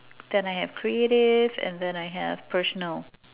then I have creative and then I have personal